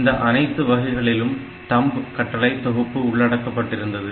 இந்த அனைத்து வகைகளிலும் thumb கட்டளை தொகுப்பு உள்ளடக்கப்பட்டிருந்தது